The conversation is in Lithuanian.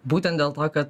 būtent dėl to kad